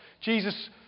Jesus